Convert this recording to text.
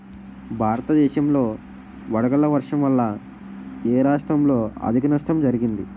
భారతదేశం లో వడగళ్ల వర్షం వల్ల ఎ రాష్ట్రంలో అధిక నష్టం జరిగింది?